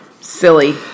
silly